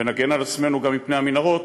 ונגן על עצמנו גם מפני המנהרות,